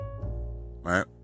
right